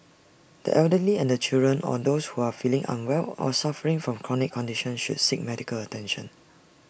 the elderly and children or those who are feeling unwell or suffering from chronic conditions should seek medical attention